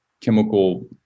chemical